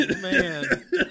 man